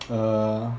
err